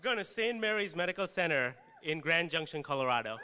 going to sin mary's medical center in grand junction colorado